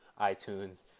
iTunes